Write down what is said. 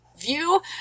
view